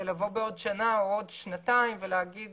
ולבוא בעוד שנה או בעוד שנתיים ולהגיד